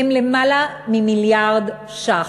הן למעלה ממיליארד שקלים.